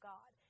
God